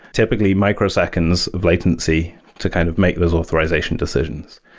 typically, micro seconds of latency to kind of make those authorization decisions.